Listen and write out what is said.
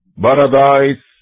paradise